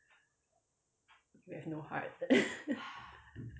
you have no heart